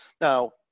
Now